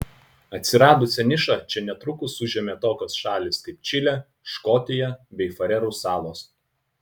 atsiradusią nišą čia netrukus užėmė tokios šalys kaip čilė škotija bei farerų salos